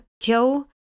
Joe